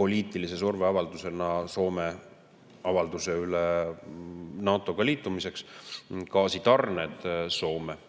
poliitilise surveavaldusena Soome avalduse peale NATO‑ga liituda gaasitarned Soome.